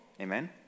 Amen